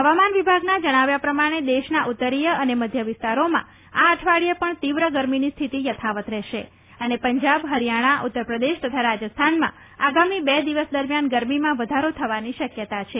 હવામાન વિભાગનાં જણાવ્યા પ્રમાણે દેશના ઉત્તરીય અને મધ્ય વિસ્તારોમાં આ અઠવાડિયે પણ તીવ્ર ગરમીની સ્થિતિ યથાવત્ રહેશે અને પંજાબ હરિયાણા ઉત્તરપ્રદેશ તથા રાજસ્થાનમાં આઘામી બે દિવસ દરમિયાન ગરમીમાં વધારો થવાની શક્યતા છે